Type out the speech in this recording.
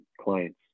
clients